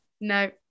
No